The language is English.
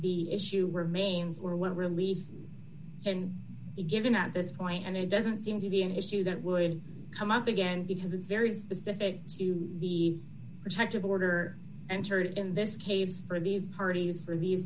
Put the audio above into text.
the issue remains were when relief and be given at this point and it doesn't seem to be an issue that would come up again because it's very specific to the protective order entered in this case for these parties for